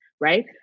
right